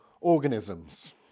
organisms